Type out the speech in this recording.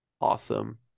Awesome